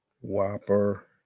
whopper